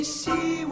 see